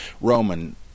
Roman